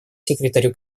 секретарю